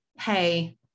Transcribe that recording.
hey